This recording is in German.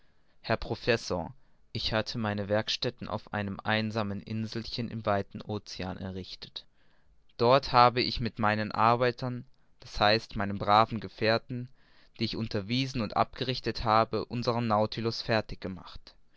herr professor ich hatte meine werkstätten auf einem einsamen inselchen im weiten ocean errichtet dort habe ich mit meinen arbeitern d h meinen braven gefährten die ich unterwiesen und abgerichtet habe unsern nautilus fertig gemacht